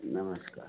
नमस्कार